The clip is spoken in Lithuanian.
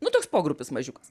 nu toks pogrupis mažiukas